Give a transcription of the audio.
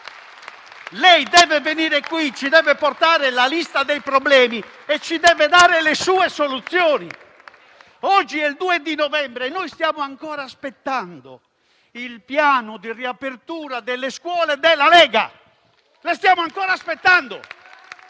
Deve venire qui a portarci la lista dei problemi e a darci le sue soluzioni. Oggi è il 2 novembre e stiamo ancora aspettando il piano di riapertura delle scuole della Lega; lo stiamo ancora aspettando,